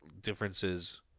differences